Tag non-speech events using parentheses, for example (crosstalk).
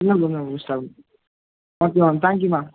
இல்லை ma'am (unintelligible) okay ma'am thank you ma'am